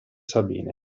sabine